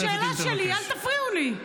זו השאלה שלי, אל תפריעו לי.